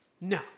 No